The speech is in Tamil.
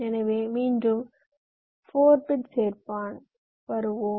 எனவே மீண்டும் 4 பிட் சேர்பானுக்கு வருவோம்